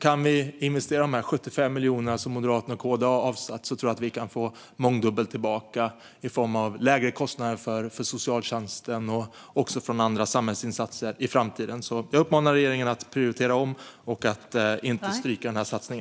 Kan vi då investera de 75 miljoner som M och KD har avsatt tror jag att vi kan få mångdubbelt tillbaka i form av lägre kostnader för socialtjänsten och andra samhällsinsatser i framtiden. Jag uppmanar regeringen att prioritera om och inte stryka denna satsning.